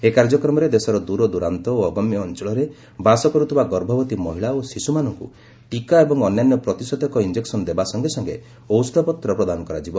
ଏହି କାର୍ଯ୍ୟକ୍ରମରେ ଦେଶର ଦୂରଦୂରାନ୍ତ ଓ ଅଗମ୍ୟ ଅଞ୍ଚଳରେ ବାସ କରୁଥିବା ଗର୍ଭବତୀ ମହିଳା ଓ ଶିଶୁମାନଙ୍କୁ ଟୀକା ଏବଂ ଅନ୍ୟାନ୍ୟ ପ୍ରତିଷେଧକ ଇଞ୍ଜେକସନ୍ ଦେବା ସଙ୍ଗେ ସଙ୍ଗେ ଔଷଧପତ୍ର ପ୍ରଦାନ କରାଯିବ